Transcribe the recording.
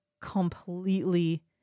completely